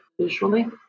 visually